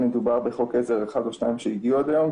מדובר בחוק עזר אחד או שניים שהגיעו עד היום,